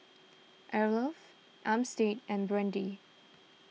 Arleth Armstead and Brandy